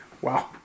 Wow